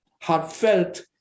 heartfelt